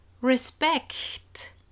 respect